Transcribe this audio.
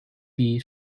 bee